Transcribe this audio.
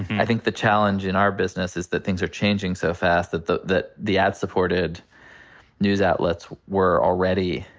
i think the challenge in our business is that things are changing so fast that the that the ad supported news outlets were already,